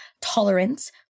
tolerance